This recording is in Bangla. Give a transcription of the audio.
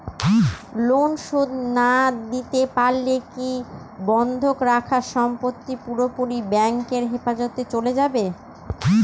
লোন শোধ না দিতে পারলে কি বন্ধক রাখা সম্পত্তি পুরোপুরি ব্যাংকের হেফাজতে চলে যাবে?